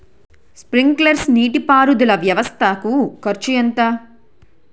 Sprinkler నీటిపారుదల వ్వవస్థ కు ఖర్చు ఎంత?